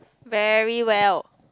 very well